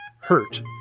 hurt